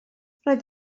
roedd